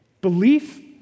Belief